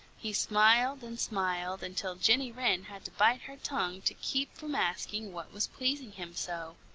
he smiled and smiled until jenny wren had to bite her tongue to keep from asking what was pleasing him so.